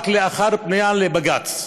רק לאחר פנייה לבג"ץ.